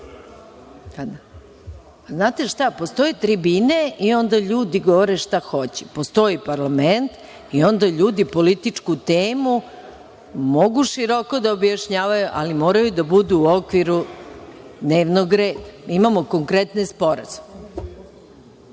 šta, postoje tribine i onda ljudi govore šta hoće. Postoji parlament i onda ljudi političku temu mogu široko da objašnjavaju, ali moraju da budu u okviru dnevnog reda. Mi imamo konkretne